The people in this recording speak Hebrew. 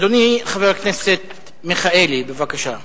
אדוני חבר הכנסת מיכאלי, בבקשה.